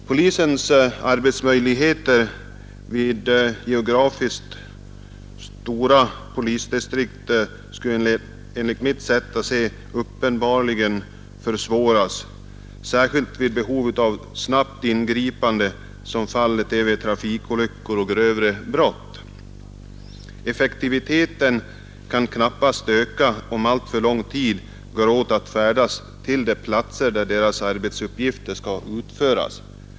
Polisens arbetsmöjligheter i geografiskt stora polisdistrikt skulle enligt mitt sätt att se uppenbarligen försvåras, särskilt vid behov av snabbt ingripande — t.ex. vid trafikolyckor och grövre brott. Effektiviteten kan knappast öka om alltför lång tid går åt att färdas till de platser där polisens arbetsuppgifter skall utföras.